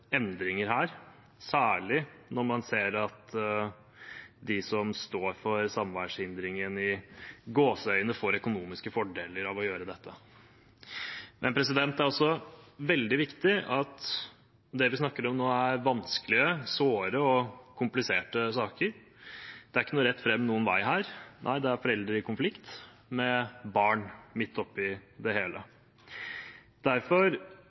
endringer her, særlig når man ser at de som står for samværshindringen, får økonomiske fordeler– i gåseøyne – av å gjøre dette. Det vi snakker om nå, er vanskelige, såre og kompliserte saker. Det er ikke noe rett fram her. Det er foreldre i konflikt med barn midt oppi det hele. Derfor: